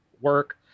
work